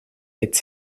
its